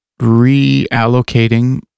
reallocating